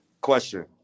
Question